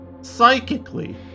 psychically